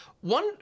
One